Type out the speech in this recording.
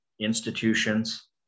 institutions